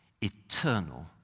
eternal